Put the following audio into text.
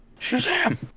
Shazam